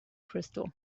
crystal